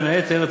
בין היתר,